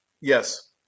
Yes